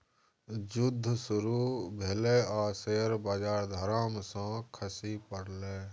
जुद्ध शुरू भेलै आ शेयर बजार धड़ाम सँ खसि पड़लै